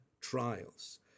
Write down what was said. trials